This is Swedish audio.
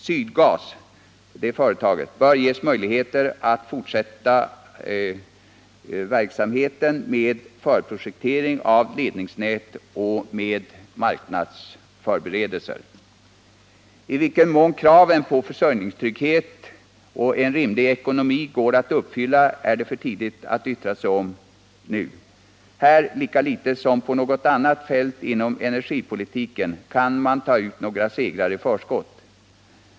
Sydgas bör ges möjligheter att fortsätta verksamheten med förprojektering av ledningsnät och med marknadsförberedelser. I vilken mån kraven på försörjningstrygghet och en rimlig ekonomi går att 89 uppfylla är det för tidigt att uttala sig om nu. Här, lika litet som på något annat fält inom energipolitiken, kan man ta ut några segrar i förskott.